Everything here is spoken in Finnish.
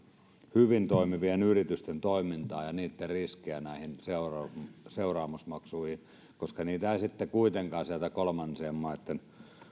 hyvin toimivien yritysten toimintaa ja niitten riskejä näihin seuraamusmaksuihin koska näitä ei sitten kuitenkaan sieltä kolmansien maitten